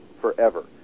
forever